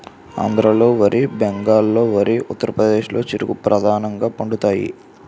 ఆంధ్రాలో వరి బెంగాల్లో వరి ఉత్తరప్రదేశ్లో చెరుకు ప్రధానంగా పండుతాయి